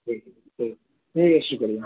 ٹھیک ہے ٹھیک ہے ٹھیک ہے شکریہ